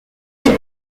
wide